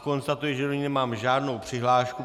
Konstatuji, že do ní nemám žádnou přihlášku.